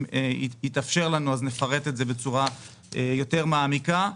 אם יתאפשר לנו, אז נפרט את זה בצורה יותר מעמיקה.